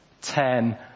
Ten